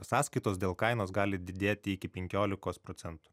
sąskaitos dėl kainos gali didėti iki penkiolikos procentų